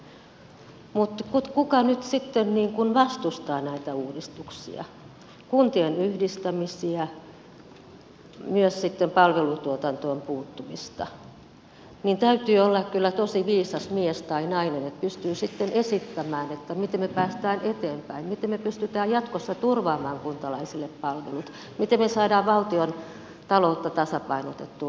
mutta sen joka nyt sitten vastustaa näitä uudistuksia kuntien yhdistämisiä myös sitten palvelutuotantoon puuttumista täytyy olla kyllä tosi viisas mies tai nainen että pystyy sitten esittämään miten me pääsemme eteenpäin miten me pystymme jatkossa turvaamaan kuntalaisille palvelut miten me saamme valtiontaloutta tasapainotettua pitkällä ajalla